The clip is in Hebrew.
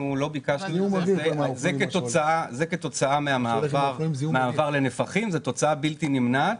זה כתוצאה מהמעבר לנפחים, זו תוצאה בלתי נמנעת.